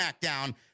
SmackDown